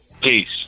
Peace